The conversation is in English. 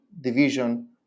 division